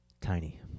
tiny